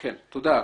תודה.